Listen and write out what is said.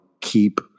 keep